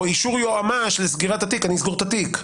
אישור יועמ"ש לסגירת התיק; אני אסגור את התיק.